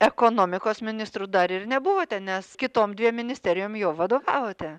ekonomikos ministru dar ir nebuvote nes kitom dviem ministerijom jau vadovavote